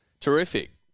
Terrific